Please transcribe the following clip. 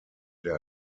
der